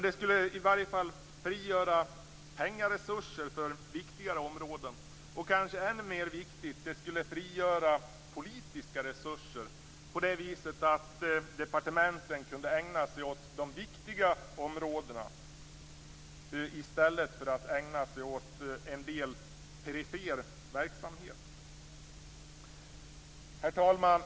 Det skulle i varje fall frigöra pengaresurser för viktigare områden. Och kanske ännu mer viktigt: Det skulle frigöra politiska resurser på det viset att departementen kunde ägna sig åt de viktiga områdena i stället för att ägna sig åt en del perifer verksamhet. Herr talman!